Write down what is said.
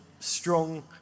Strong